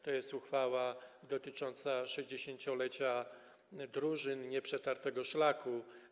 To jest uchwała dotycząca 60-lecia drużyn Nieprzetartego Szlaku.